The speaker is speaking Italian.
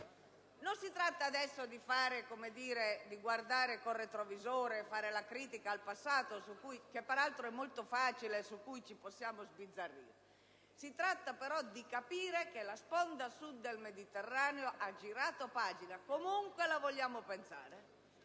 Non si tratta di guardare con il retrovisore facendo la critica al passato, cosa peraltro molto facile e su cui ci si può sbizzarrire: si tratta però di capire che la sponda Sud del Mediterraneo ha voltato pagina, comunque la si voglia pensare,